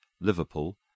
Liverpool